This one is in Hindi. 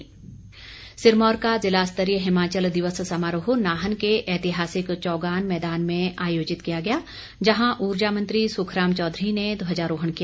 नाहन दिवस सिरमौर का ज़िला स्तरीय हिमाचल दिवस समारोह नाहन के ऐतिहासिक चौगान मैदान में आयोजित किया गया जहां ऊर्जा मंत्री सुखराम चौधरी ने ध्वजारोहण किया